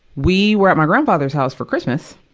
we were at my grandfather's house for christmas,